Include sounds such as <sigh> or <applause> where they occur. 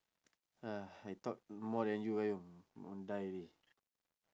<noise> I talk more than you eh want die already